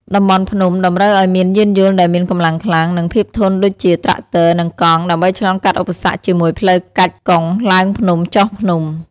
តំបន់ភ្នំតម្រូវឱ្យមានយានយន្តដែលមានកម្លាំងខ្លាំង និងភាពធន់ដូចជាត្រាក់ទ័រ និងកង់ ដើម្បីឆ្លងកាត់ឧបសគ្គជាមួយផ្លូវកាច់កុងឡើងភ្នំចុះភ្នំ។